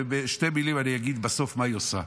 בשתי מילים אני אגיד בסוף מה היא עושה.